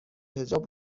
حجاب